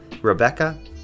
Rebecca